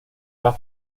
las